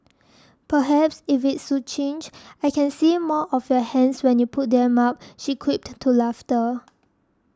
perhaps if it's succinct I can see more of your hands when you put them up she quipped to laughter